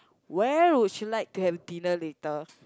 where would you like to have dinner later